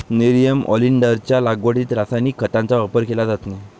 nerium ऑलिंडरच्या लागवडीत रासायनिक खतांचा वापर केला जात नाही